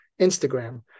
Instagram